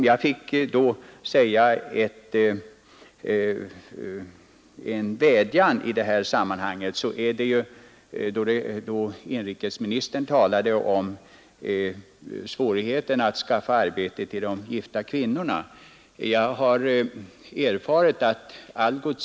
Jag vill framföra en vädjan i detta sammanhang, nämligen beträffande svårigheterna att skaffa arbete till de gifta kvinnorna, något som inrikesministern också talade om.